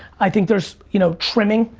i think there's you know trimming,